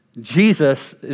Jesus